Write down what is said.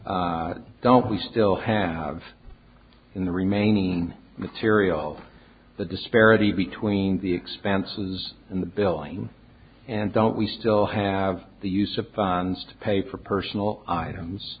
don't we still have in the remaining material the disparity between the expenses and the billing and don't we still have the use of funds to pay for personal items